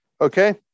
Okay